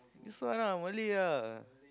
that's why lah Malay ya